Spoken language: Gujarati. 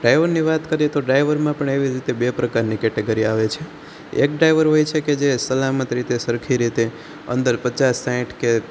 ડ્રાઇવરની વાત કરીએ તો ડ્રાઇવરમાં પણ એવી રીતે બે પ્રકારની કેટેગરી આવે છે એક ડ્રાઇવર હોય છે કે જે સલામત રીતે સરખી રીતે અંદર પચાસ સાહીઠ કે